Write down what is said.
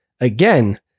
Again